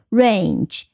range，